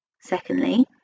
Secondly